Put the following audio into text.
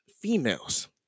females